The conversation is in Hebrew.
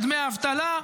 לדמי אבטלה,